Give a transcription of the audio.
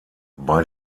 bei